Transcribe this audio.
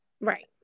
Right